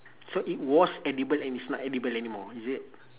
so it was edible and it's not edible anymore is it